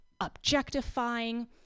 objectifying